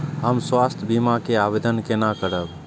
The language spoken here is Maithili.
हम स्वास्थ्य बीमा के आवेदन केना करब?